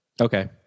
Okay